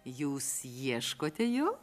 jūs ieškote jo